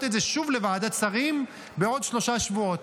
את זה שוב לוועדת השרים בעוד שלושה שבועות,